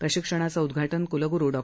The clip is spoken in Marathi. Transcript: प्रशिक्षणाचं उद्घाटन क्लग्रु डॉ